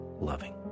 loving